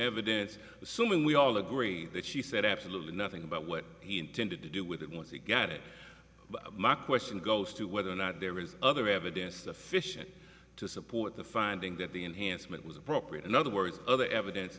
evidence assuming we all agree that she said absolutely nothing about what he intended to do with it once he got it but my question goes to whether or not there is other evidence the fish to support the finding that the enhancement was appropriate in other words other evidence